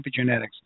epigenetics